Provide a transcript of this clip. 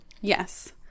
Yes